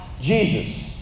Jesus